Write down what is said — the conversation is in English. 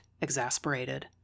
exasperated